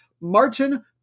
martin